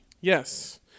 Yes